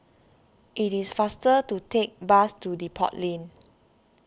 it is faster to take bus to Depot Lane